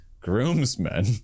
groomsmen